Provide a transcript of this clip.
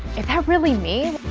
is that really me?